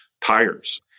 tires